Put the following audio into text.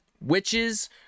witches